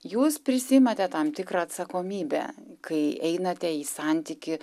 jūs prisiimate tam tikrą atsakomybę kai einate į santykį